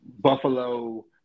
Buffalo